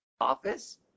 office